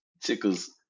tickles